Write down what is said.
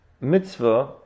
mitzvah